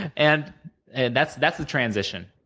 and and that's that's the transition.